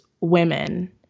women